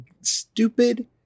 stupid